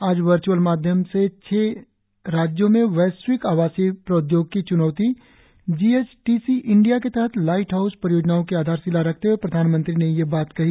आज वर्च्अल माध्यम से देश के छह राज्यों में वैश्विक आवासीय प्रोद्योगिकी च्नौती जीएचटीसी इंडिया के तहत लाइट हाउस परियोजनाओं की आधारशिला रखते हुए प्रधानमंत्री ने यह बात कही